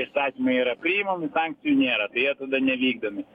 įstatymai yra priimami sankcijų nėra tai jie tada nevykdomi